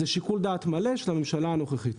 זה שיקול דעת מלא של הממשלה הנוכחית.